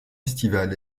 estivale